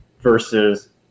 versus